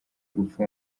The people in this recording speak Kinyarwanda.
gupfa